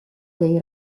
dei